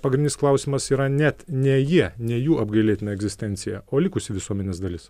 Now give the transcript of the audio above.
pagrindinis klausimas yra net ne jie ne jų apgailėtina egzistencija o likusi visuomenės dalis